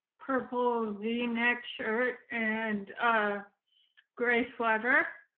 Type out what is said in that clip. purple v-neck shirt and a gray sweater.